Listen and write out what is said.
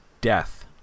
Death